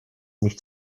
nicht